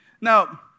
Now